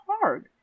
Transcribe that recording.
hard